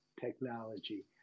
technology